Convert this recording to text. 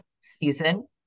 season